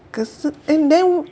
可是 and then